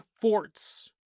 forts